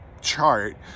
chart